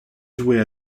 jouée